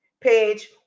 page